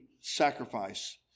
sacrifice